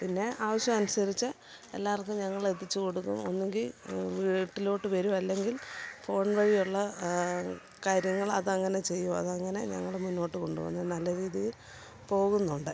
പിന്നെ ആവശ്യം അനുസരിച്ച് എല്ലാവർക്കും ഞങ്ങളെത്തിച്ച് കൊടുക്കും ഒന്നുങ്കി വീട്ടിലോട്ട് വരും അല്ലെങ്കിൽ ഫോൺ വഴിയുള്ള കാര്യങ്ങൾ അതങ്ങനെ ചെയ്യും അതങ്ങനെ ഞങ്ങള് മുന്നോട്ട് കൊണ്ടുപോവുന്നത് നല്ല രീതിയിൽ പോകുന്നുണ്ട്